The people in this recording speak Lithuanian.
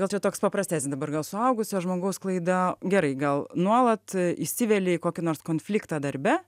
gal čia toks paprastesnis dabar gal suaugusio žmogaus klaida gerai gal nuolat įsiveli į kokį nors konfliktą darbe